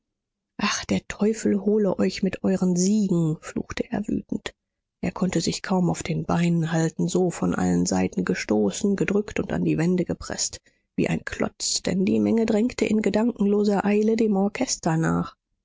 ah der teufel hole euch mit euren siegen fluchte er wütend er konnte sich kaum auf den beinen halten so von allen seiten gestoßen gedrückt und an die wände gepreßt wie ein klotz denn die menge drängte in gedankenloser eile dem orchester nach